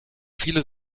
viele